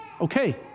Okay